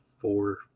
four